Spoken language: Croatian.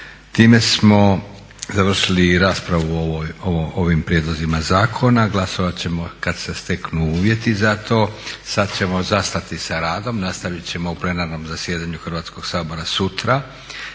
Time smo završili i raspravu o ovim prijedlozima zakona. Glasovati ćemo kada se steknu uvjeti za to. Sada ćemo zastati sa radom. Nastaviti ćemo u plenarnom zasjedanju Hrvatskoga sabora sutra